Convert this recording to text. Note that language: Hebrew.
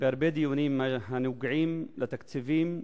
בהרבה דיונים הנוגעים לתקציבים,